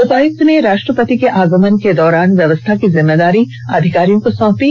उपायुक्त ने राष्ट्रपति के आगमन के दौरान व्यवस्था की जिम्मेदारी अधिकारियों को सौंपी